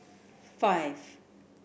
five